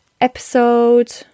episode